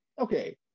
okay